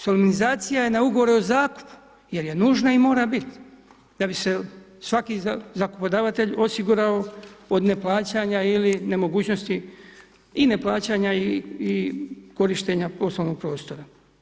Solmizacija je na ugovoru o zakupu, jer je nužna i mora biti, da bi se svaki … osigurao od neplaćanja ili nemogućnosti i neplaćanja i korištenja poslovnog prostora.